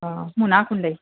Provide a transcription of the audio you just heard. हा मुनाक हूंदई